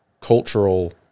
cultural